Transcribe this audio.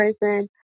person